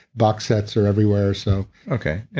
box sets are everywhere so okay. and